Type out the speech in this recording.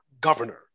governor